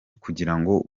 kugirango